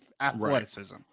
athleticism